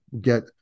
get